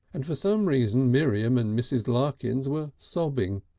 and for some reason miriam and mrs. larkins were sobbing,